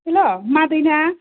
hello मादैना